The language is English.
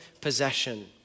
possession